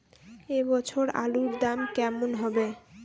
এ বছর আলুর দাম কেমন হবে?